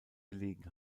gelegen